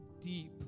deep